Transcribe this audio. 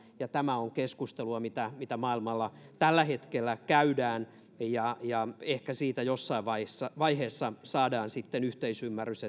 tämä on keskustelua mitä mitä maailmalla tällä hetkellä käydään ja ja ehkä jossain vaiheessa vaiheessa saadaan sitten yhteisymmärrys